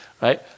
right